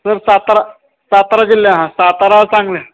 sir Satara Satara जिल्हा हा सातारा सांगली